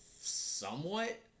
somewhat